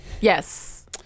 Yes